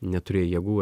neturėjai jėgų